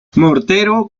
mortero